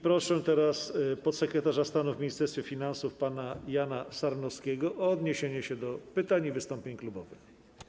Proszę teraz podsekretarza stanu w Ministerstwie Finansów pana Jana Sarnowskiego o odniesienie się do pytań i wystąpień klubowych.